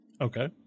Okay